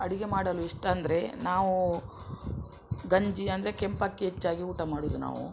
ಅಡುಗೆ ಮಾಡಲು ಇಷ್ಟ ಅಂದರೆ ನಾವು ಗಂಜಿ ಅಂದರೆ ಕೆಂಪಕ್ಕಿ ಹೆಚ್ಚಾಗಿ ಊಟ ಮಾಡೋದು ನಾವು